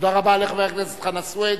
תודה רבה לחבר הכנסת חנא סוייד.